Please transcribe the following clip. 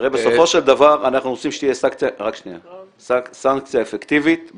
בסופו של דבר אנחנו רוצים שתהיה סנקציה אפקטיבית,